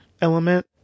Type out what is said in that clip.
element